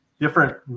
different